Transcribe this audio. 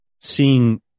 seeing